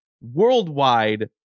worldwide